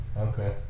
okay